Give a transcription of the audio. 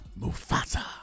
mufasa